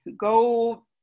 go